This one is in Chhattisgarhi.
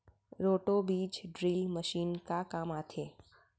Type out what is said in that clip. रोटो बीज ड्रिल मशीन का काम आथे?